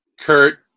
Kurt